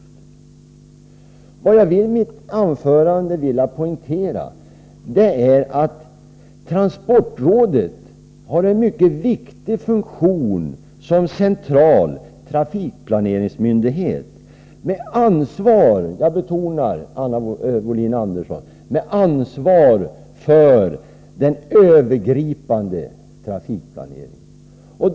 Jag har velat poängtera att transportrådet har en mycket viktig funktion som central trafikplaneringsmyndighet med ansvar — jag betonar detta, Anna Wohlin-Andersson — för den övergripande trafikplaneringen.